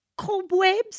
cobwebs